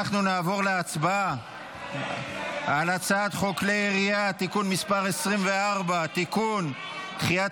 אנחנו נעבור להצבעה על הצעת חוק כלי הירייה (תיקון מס' 24) (תיקון) (דחיית